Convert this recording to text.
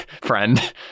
friend